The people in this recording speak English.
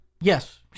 Yes